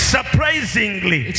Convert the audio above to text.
Surprisingly